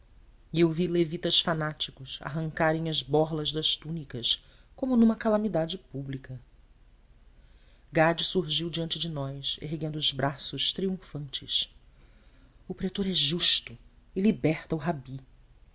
eu vi levitas fanáticos arrancarem as borlas das túnicas como numa calamidade pública gade surgiu diante de nós erguendo os braços triunfantes o pretor é justo e liberta o